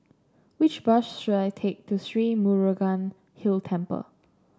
which bus should I take to Sri Murugan Hill Temple